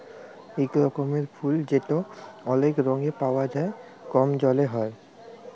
ইক রকমের ফুল যেট অলেক রঙে পাউয়া যায় কম জলে হ্যয়